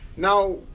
Now